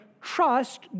Trust